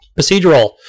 Procedural